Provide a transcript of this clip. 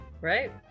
Right